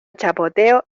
chapoteo